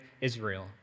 Israel